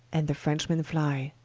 and the frenchmen flye.